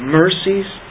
mercies